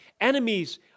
Enemies